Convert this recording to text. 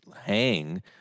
hang